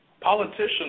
politicians